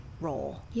role